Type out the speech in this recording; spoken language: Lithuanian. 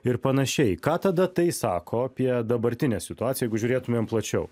ir panašiai ką tada tai sako apie dabartinę situaciją jeigu žiūrėtumėm plačiau